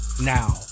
now